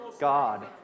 God